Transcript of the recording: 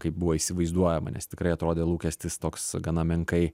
kaip buvo įsivaizduojama nes tikrai atrodė lūkestis toks gana menkai